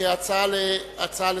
כהצעה לסדר-היום.